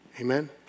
amen